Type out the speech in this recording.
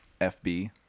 FB